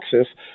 access